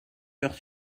heures